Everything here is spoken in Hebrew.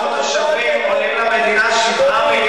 מה שקרה, האדמות של הקיבוצים,